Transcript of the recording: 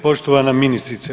Poštovana ministrice.